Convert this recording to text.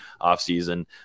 offseason